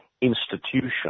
institution